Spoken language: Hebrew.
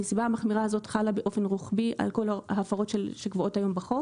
הנסיבה המחמירה הזאת חלה באופן רוחבי על כל ההפרות שקבועות היום בחוק